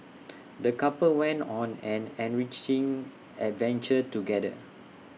the couple went on an enriching adventure together